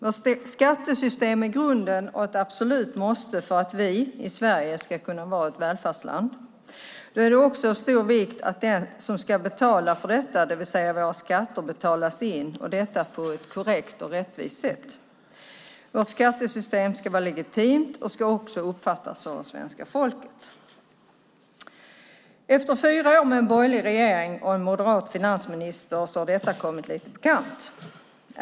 Vårt skattesystem är grunden och ett absolut måste för att Sverige ska kunna vara ett välfärdsland. Då är det av stor vikt att det som ska betala detta, det vill säga våra skatter, betalas in på ett korrekt och rättvist sätt. Vårt skattesystem ska vara legitimt och uppfattas så av svenska folket. Efter fyra år med en borgerlig regering och en moderat finansminister har detta kommit lite på kant.